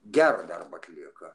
gerą darbą atlieka